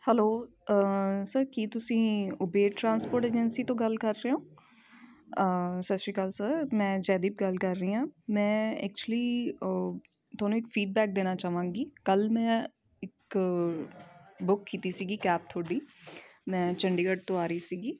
hello sir ਕੀ ਤੁਸੀਂ Uber transport agency ਤੋਂ ਗੱਲ ਕਰ ਰਹੇ ਹੋ ਸਤਿ ਸ਼੍ਰੀ ਅਕਾਲ ਸਰ ਮੈਂ ਜੈਦੀਪ ਗੱਲ ਕਰ ਰਹੀ ਹਾਂ ਮੈਂ ਐਕਚੁਲੀ ਤੁਹਾਨੂੰ ਇੱਕ ਫੀਡਬੈਕ ਦੇਣਾ ਚਾਹਵਾਂਗੀ ਕੱਲ੍ਹ ਮੈਂ ਇੱਕ ਬੁੱਕ ਕੀਤੀ ਸੀਗੀ ਕੈਬ ਤੁਹਾਡੀ ਮੈਂ ਚੰਡੀਗੜ੍ਹ ਤੋਂ ਆ ਰਹੀ ਸੀਗੀ